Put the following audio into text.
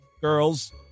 girls